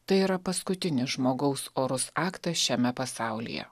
tai yra paskutinis žmogaus orus aktas šiame pasaulyje